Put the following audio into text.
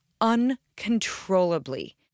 uncontrollably